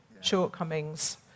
shortcomings